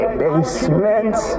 basement